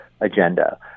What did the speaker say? agenda